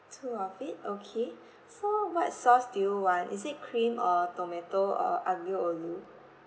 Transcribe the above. two of it okay so what sauce do you want is it cream or tomato or aglio olio